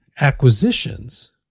acquisitions